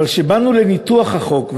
אפילו שזה לא כתוב היום בחוק.